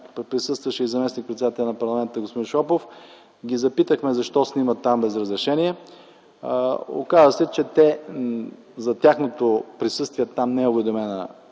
присъстваше и заместник-председателят на парламента господин Шопов, ги запитахме: защо снимат там без разрешение? Оказа се, че за тяхното присъствие там не е уведомена